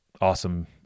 awesome